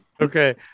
okay